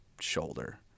shoulder